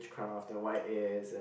witchcraft and what it is and